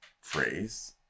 phrase